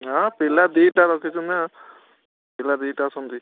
ହଁ ପିଲା ଦୁଇଟା ରଖିଛି ନା ପିଲା ଦୁଇଟା ଅଛନ୍ତି